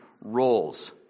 roles